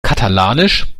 katalanisch